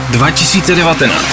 2019